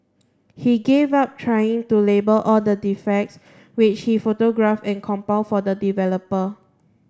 he gave up trying to label all the defects which he photograph and compile for the developer